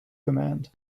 command